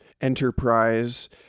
enterprise